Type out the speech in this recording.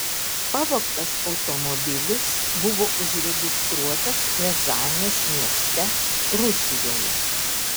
pavogtas automobilis buvo užregistruotas riazanės mieste rusijoje